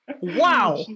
Wow